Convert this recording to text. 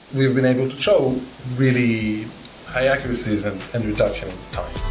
we've been able to show really high accuracies and and reduction time